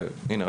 והינה,